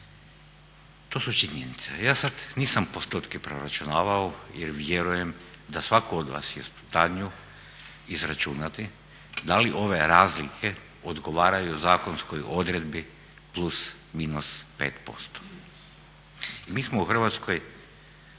To su činjenice. A ja sada nisam postotke preračunavao jer vjerujem da svatko od vas je u stanju izračunati da li ove razlike odgovaraju zakonskoj odredbi plus, minus 5%. I mi smo u Hrvatskoj